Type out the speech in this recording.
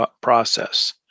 process